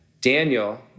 Daniel